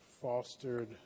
fostered